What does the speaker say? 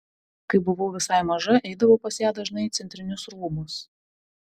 kai buvau visai maža eidavau pas ją dažnai į centrinius rūmus